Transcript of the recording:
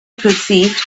perceived